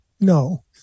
no